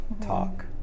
talk